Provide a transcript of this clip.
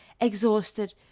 exhausted